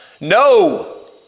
No